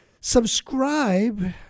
subscribe